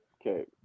Okay